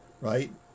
right